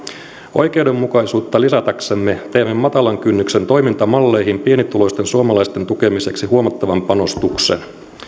oikeudenmukaisuutta lisätäksemme teemme matalan kynnyksen toimintamalleihin pienituloisten suomalaisten tukemiseksi huomattavan panostuksen